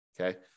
Okay